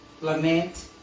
Lament